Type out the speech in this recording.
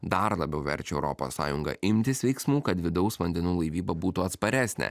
dar labiau verčia europos sąjungą imtis veiksmų kad vidaus vandenų laivyba būtų atsparesnė